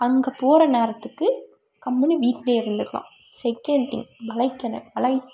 அங்கே போகிற நேரத்துக்கு கம்முனு வீட்லேயே இருந்துக்கலாம் செகண்ட் திங் வழக்கென்ன